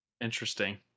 interesting